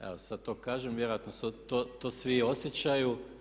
Evo sad to kažem, vjerojatno to svi osjećaju.